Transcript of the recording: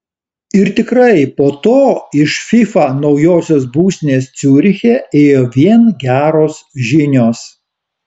ir tikrai po to iš fifa naujosios būstinės ciuriche ėjo vien geros žinios